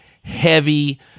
heavy